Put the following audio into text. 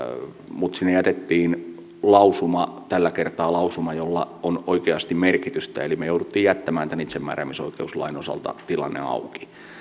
mutta sinne jätettiin lausuma tällä kertaa lausuma jolla on oikeasti merkitystä eli me jouduimme jättämään tämän itsemääräämisoikeuslain osalta tilanteen